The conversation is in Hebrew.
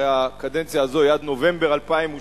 הרי הקדנציה הזאת היא עד נובמבר 2013,